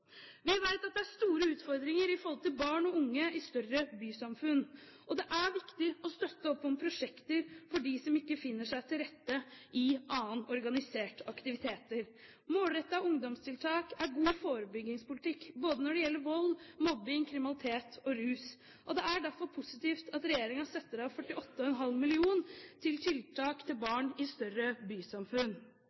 Vi vet at det er store utfordringer knyttet til barn og unge i større bysamfunn. Det er viktig å støtte opp om prosjekter for dem som ikke finner seg til rette i andre organiserte aktiviteter. Målrettede ungdomstiltak er god forebyggingspolitikk med hensyn til vold, mobbing, kriminalitet og rus. Det er derfor positivt at regjeringen setter av 48,5 mill. kr til tiltak for barn i større bysamfunn.